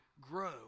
grow